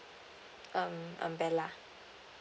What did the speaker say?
um I'm bella